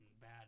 bad